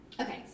Okay